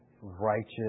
righteous